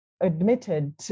admitted